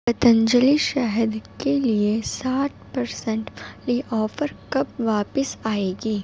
پتنجلی شہد کے لیے سات پرسنٹ والی آفر کب واپس آئے گی